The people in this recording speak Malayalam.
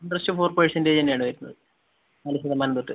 ഇൻട്രെസ്റ്റ് ഫോർ പെർസെൻറ്റെജ് തന്നെയാണ് വരുന്നത് നാല് ശതമാനം തൊട്ട്